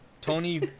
Tony